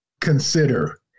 consider